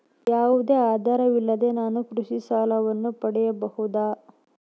ಯಾವುದೇ ಆಧಾರವಿಲ್ಲದೆ ನಾನು ಕೃಷಿ ಸಾಲವನ್ನು ಪಡೆಯಬಹುದಾ?